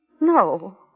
No